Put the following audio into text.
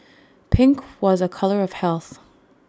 pink was A colour of health